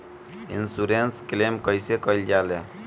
Insurance claim कइसे कइल जा ले?